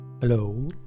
Hello